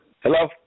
Hello